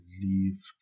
leave